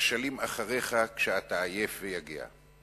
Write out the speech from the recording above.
בנחשלים אחריך, כשאתה עייף ויגע.